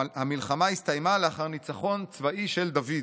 המלחמה הסתיימה לאחר ניצחון צבאי של דוד,